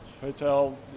hotel